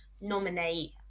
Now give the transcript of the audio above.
nominate